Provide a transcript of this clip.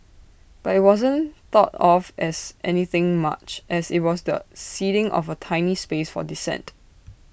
but IT wasn't thought of as anything much as IT was the ceding of A tiny space for dissent